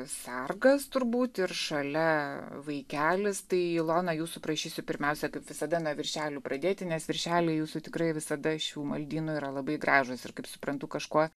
sargas turbūt ir šalia vaikelis tai ilona jūsų prašysiu pirmiausia kaip visada nuo viršelių pradėti nes viršeliai jūsų tikrai visada šių maldynų yra labai gražūs ir kaip suprantu kažkuo